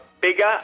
bigger